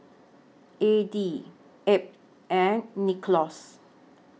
Addie Abb and Nicklaus